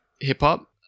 hip-hop